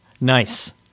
Nice